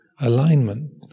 alignment